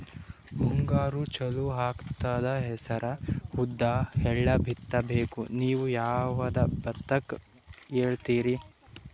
ಮುಂಗಾರು ಚಾಲು ಆಗ್ತದ ಹೆಸರ, ಉದ್ದ, ಎಳ್ಳ ಬಿತ್ತ ಬೇಕು ನೀವು ಯಾವದ ಬಿತ್ತಕ್ ಹೇಳತ್ತೀರಿ?